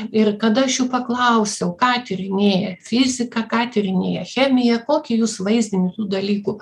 ir kada aš jų paklausiau ką tyrinėja fizika ką tyrinėja chemija kokį jūs vaizdinį tų dalykų